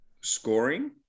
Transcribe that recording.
scoring